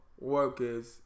workers